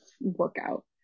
workout